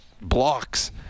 blocks